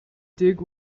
dig